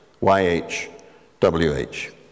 Y-H-W-H